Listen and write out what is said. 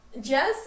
Jess